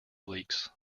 leaks